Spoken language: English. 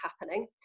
happening